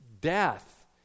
death